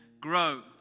grow